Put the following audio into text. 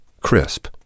crisp